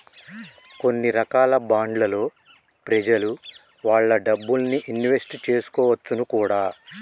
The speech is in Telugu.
కొన్ని రకాల బాండ్లలో ప్రెజలు వాళ్ళ డబ్బుల్ని ఇన్వెస్ట్ చేసుకోవచ్చును కూడా